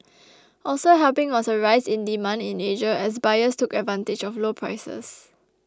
also helping was a rise in demand in Asia as buyers took advantage of low prices